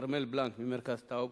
וכרמל בלנק ממרכז טאוב,